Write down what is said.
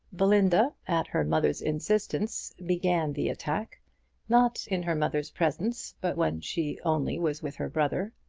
belinda, at her mother's instance, began the attack not in her mother's presence, but when she only was with her brother.